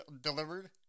delivered